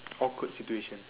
awkward situation